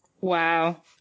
Wow